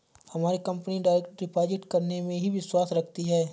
हमारी company direct deposit करने में ही विश्वास रखती है